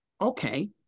okay